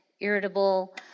irritable